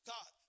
God